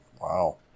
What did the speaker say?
Wow